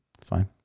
fine